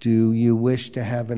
do you wish to have an